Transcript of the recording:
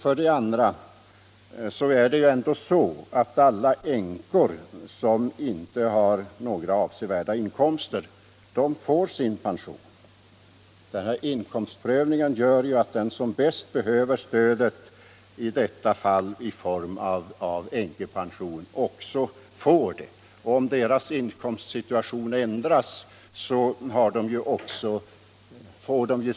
För det andra får ändå alla änkor som inte har några avsevärda inkomster pension. Inkomstprövningen gör att den som bäst behöver stödet, i detta fall i form av änkepension, också får det. Om änkans inkomstsituation ändras, får hon sin pensionsfråga omprövad.